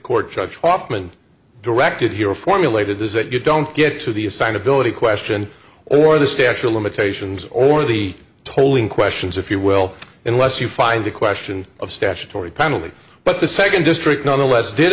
court judge hoffman directed here formulated is that you don't get to the assigned ability question or the statue of limitations or the tolling questions if you will unless you find the question of statutory penalty but the second district nonetheless did